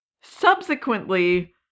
subsequently